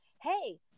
Hey